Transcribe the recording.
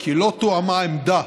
כי לא תואמה עמדה